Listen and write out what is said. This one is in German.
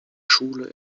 schule